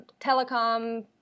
telecom